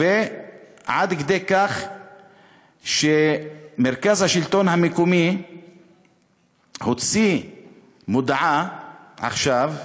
עד כדי כך שמרכז השלטון המקומי הוציא מודעה עכשיו: